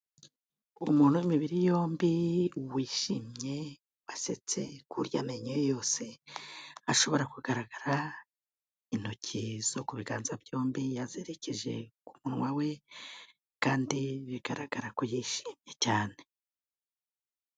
Umuntu w'imibiri yombi, wishimye asetse ku buryo amenyo yose ashobora kugaragara, intoki zo ku biganza byombi yazerekeje ku munwa we, kandi bigaragara ko yishimye cyane.